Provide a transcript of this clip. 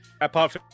apart